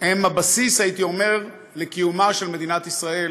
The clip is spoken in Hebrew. שהם הבסיס, הייתי אומר, לקיומה של מדינת ישראל